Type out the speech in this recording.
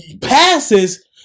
passes